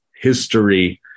history